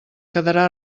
quedarà